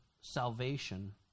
salvation